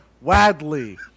Wadley